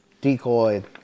decoy